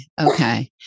okay